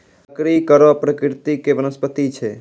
लकड़ी कड़ो प्रकृति के वनस्पति छै